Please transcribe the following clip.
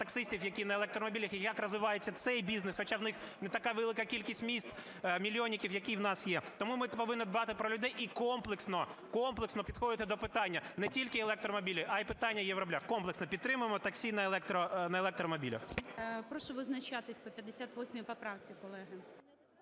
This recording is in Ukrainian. таксистів, які на електромобілях, і як розвивається цей бізнес, хоча у них не така велика кількість міст-мільйонників, які у нас є. Тому ми повинні дбати про людей і комплексно, комплексно підходити до питання не тільки електромобілів, а і питання євроблях. Комплексно підтримаємо таксі на електромобілях. ГОЛОВУЮЧИЙ. Прошу визначатися по 58 поправці, колеги.